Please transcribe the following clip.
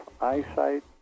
eyesight